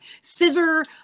scissor